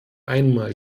einmal